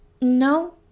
No